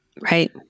Right